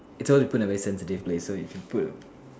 it's supposed to be put in a very sensitive place so if you put